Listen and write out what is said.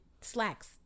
slacks